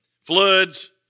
floods